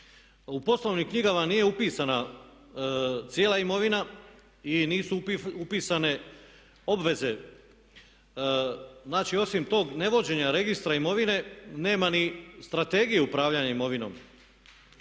U poslovnim knjigama nije upisana cijela imovina i nisu upisane obveze. Znači, osim tog nevođenja Registra imovine nema ni Strategije upravljanja imovinom.